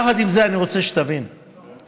יחד עם זה, אני רוצה שתבין, כן.